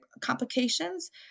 complications